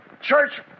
church